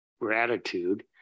gratitude